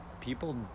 people